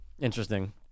interesting